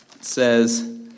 says